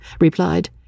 replied